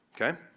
Okay